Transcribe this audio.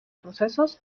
procesos